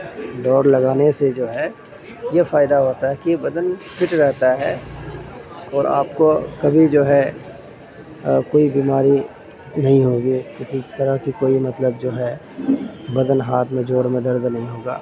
دوڑ لگانے سے جو ہے یہ فائدہ ہوتا ہے کہ بدن فٹ رہتا ہے اور آپ کو کبھی جو ہے کوئی بیماری نہیں ہوگی کسی طرح کی کوئی مطلب جو ہے بدن ہاتھ میں جوڑ میں درد نہیں ہوگا